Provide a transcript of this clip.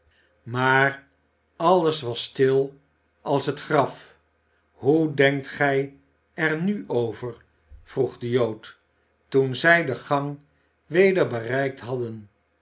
maar alles was stil als het graf hoe denkt gij er nu over vroeg de jood toen zij de gang weder bereikt hadden